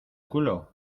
culo